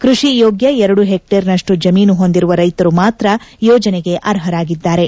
ಕೃಷಿ ಯೋಗ್ನ ಎರಡು ಹೆಕ್ಷೇರ್ನಷ್ಟು ಜಮೀನು ಹೊಂದಿರುವ ರೈತರು ಮಾತ್ರ ಯೋಜನೆಗೆ ಆರ್ಪರಾಗಿದ್ದಾರೆ